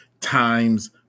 times